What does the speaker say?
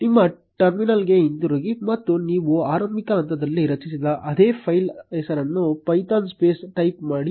ನಿಮ್ಮ ಟರ್ಮಿನಲ್ಗೆ ಹಿಂತಿರುಗಿ ಮತ್ತು ನೀವು ಆರಂಭಿಕ ಹಂತದಲ್ಲಿ ರಚಿಸಿದ ಅದೇ ಫೈಲ್ ಹೆಸರನ್ನು ಪೈಥಾನ್ ಸ್ಪೇಸ್ ಟೈಪ್ ಮಾಡಿ